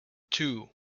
two